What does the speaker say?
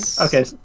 Okay